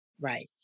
Right